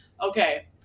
okay